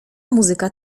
muzyka